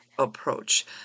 approach